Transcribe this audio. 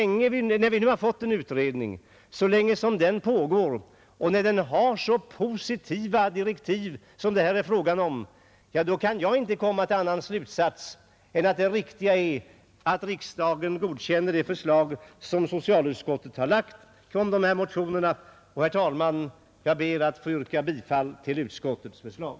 När vi nu har fått en utredning och den har så positiva direktiv som det här är fråga om kan jag inte komma till någon annan slutsats än att det riktiga är att riksdagen godkänner det förslag som socialutskottet har lagt fram. Herr talman! Jag ber att få yrka bifall till utskottets förslag.